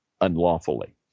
unlawfully